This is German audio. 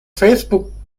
facebookseite